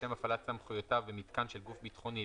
לשם הפעלת סמכויותיו במיתקן של גוף ביטחוני,